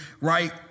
right